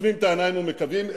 עוצמים את העיניים ומקווים,